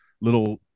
Little